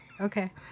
Okay